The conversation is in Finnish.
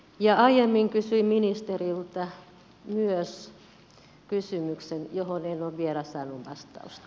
ja aiemmin kysyin ministeriltä myös kysymyksen johon en ole vielä saanut vastausta